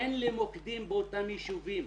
אין לי מוקדים באותם יישובים.